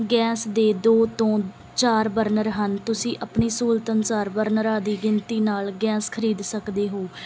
gas ਦੇ ਦੋ ਤੋਂ ਚਾਰ ਬਰਨਰ ਹਨ ਤੁਸੀਂ ਆਪਣੀ ਸਹੂਲਤ ਅਨੁਸਾਰ ਬਰਨਰਾਂ ਦੀ ਗਿਣਤੀ ਨਾਲ ਗੈਸ ਖਰੀਦ ਸਕਦੇ ਹੋ